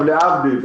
להבדיל,